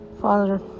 Father